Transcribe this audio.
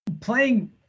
playing